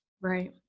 Right